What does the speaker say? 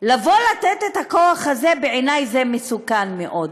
לבוא ולתת להם את הכוח הזה, בעיני זה מסוכן מאוד.